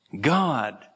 God